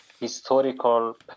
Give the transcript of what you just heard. historical